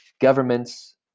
governments